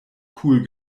cool